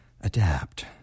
adapt